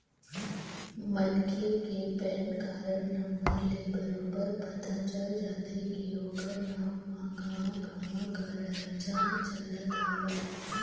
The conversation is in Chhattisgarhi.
मनखे के पैन कारड नंबर ले बरोबर पता चल जाथे के ओखर नांव म कहाँ कहाँ करजा चलत हवय